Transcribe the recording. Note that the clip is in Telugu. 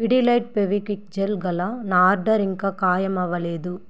పిడిలైట్ ఫెవిక్విక్ జెల్ గల నా ఆర్డర్ ఇంకా ఖాయమవ్వలేదు